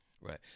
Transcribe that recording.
right